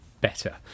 better